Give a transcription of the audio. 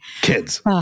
Kids